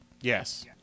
Yes